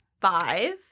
five